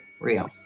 real